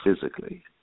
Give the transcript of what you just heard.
physically